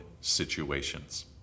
situations